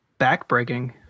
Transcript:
Backbreaking